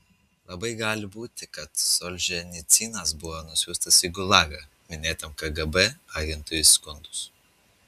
labai gali būti kad solženicynas buvo nusiųstas į gulagą minėtam kgb agentui įskundus